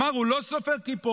הוא אמר שהוא לא סופר כיפות,